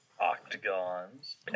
Octagons